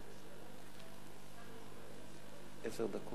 תודה רבה